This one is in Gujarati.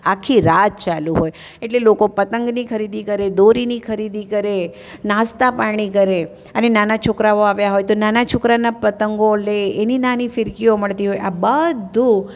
આખી રાત ચાલું હોય એટલે લોકો પતંગની ખરીદી કરે દોરીની ખરીદી કરે નાસ્તા પાણી કરે અને નાના છોકરાઓ આવ્યા હોય તો નાનાં છોકરાના પતંગો લે એની નાની ફિરકીઓ મળતી હોય આ બધુ